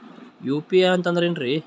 UPI ಅಂತಂದ್ರೆ ಏನ್ರೀ?